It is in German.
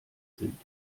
sind